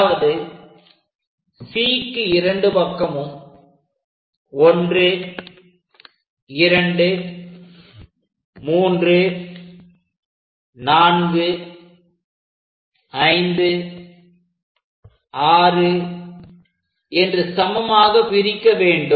அதாவது Cக்கு இரண்டு பக்கமும் 1 2 3 4 5 6 என்று சமமாக பிரிக்க வேண்டும்